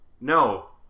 no